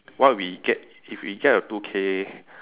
what we get if we get a two K